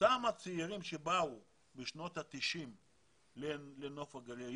שאותם הצעירים שבאו יחד עם ההורים בשנות ה-90 לנוף הגליל,